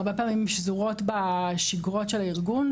הרבה פעמים שזורות בשיגרות של הארגונים.